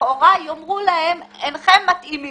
לכאורה יאמרו להם שאינם מתאימים.